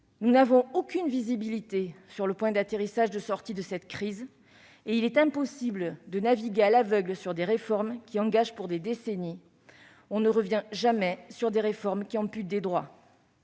Nous n'avons aucune visibilité sur le point d'atterrissage de cette crise, et il est impossible de naviguer à l'aveugle dans le cadre de réformes qui nous engagent pour des décennies. On ne revient jamais sur des réformes qui amputent des droits